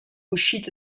uscito